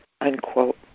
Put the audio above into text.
Unquote